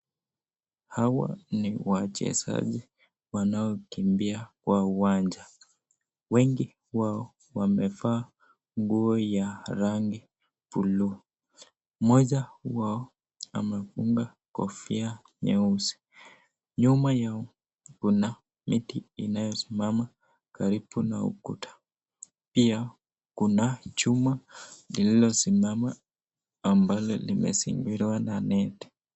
Hawa ni wachezaji wanaokimbia kwa uwanja, wengi wao wamevaa nguo ya rangi blue . Mmoja wao amefunga kofia nyeusi. Nyuma yao kuna miti inayosimama karibu na ukuta, pia kuna chuma lililosimama ambalo limezingirwa na neti.